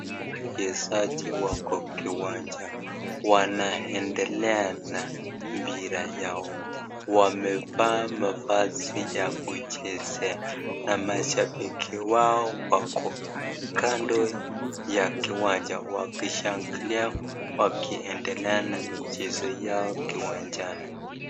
Wachezaji wako kiwanja wanaendelea na mpira yao. Wamevaa mavazi ya kuchezea na mashambiki wao wako kando ya kiwanja wakishangilia wakiendelea na michezo yao kiwanjani.